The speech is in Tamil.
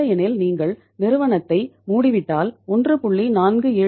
இல்லையெனில் நீங்கள் நிறுவனத்தை மூடிவிட்டால் 1